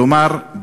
כלומר,